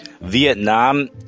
Vietnam